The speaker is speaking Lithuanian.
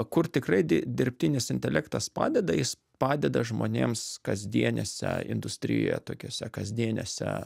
kur tikrai dirbtinis intelektas padeda jis padeda žmonėms kasdienėse industrijoje tokiose kasdienėse